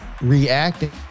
reacting